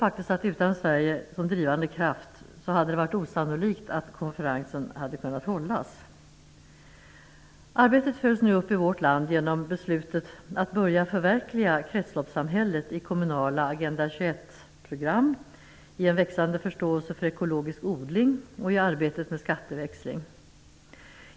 Utan Sverige som drivande kraft tror jag att det hade varit osannolikt att konferensen hade kunnat hållas. Arbetet följs nu upp i vårt land genom beslutet om att börja förverkliga kretsloppssamhället i kommunala Agenda 21-program, i en växande förståelse för ekologisk odling och i arbetet med skatteväxling.